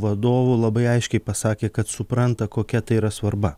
vadovų labai aiškiai pasakė kad supranta kokia tai yra svarba